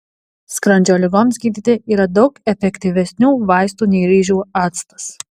skrandžio ligoms gydyti yra daug efektyvesnių vaistų nei ryžių actas